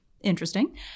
Interesting